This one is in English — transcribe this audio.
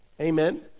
Amen